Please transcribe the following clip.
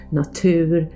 natur